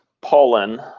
pollen